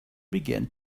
began